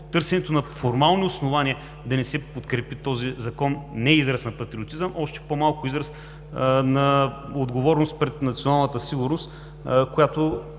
търсенето на формално основание да не се подкрепи този закон, не е израз на патриотизъм, още по-малко – израз на отговорност пред националната сигурност, за която